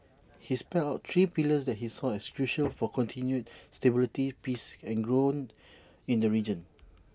he spelt out three pillars that he saw as crucial for continued stability peace and growth in the region